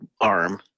arm